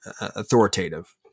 authoritative